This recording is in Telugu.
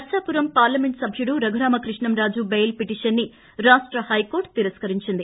నర్సాపురం పార్లమెంటు సభ్యుడు రఘురామ కృష్ణంరాజు బెయిలు పిటిషన్సు రాష్ట హైకోర్లు తిరస్కరించింది